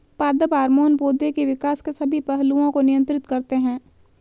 पादप हार्मोन पौधे के विकास के सभी पहलुओं को नियंत्रित करते हैं